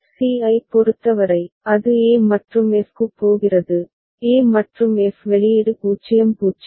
c ஐப் பொறுத்தவரை அது e மற்றும் f க்குப் போகிறது e மற்றும் f வெளியீடு 0 0